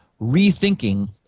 rethinking